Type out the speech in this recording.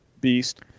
beast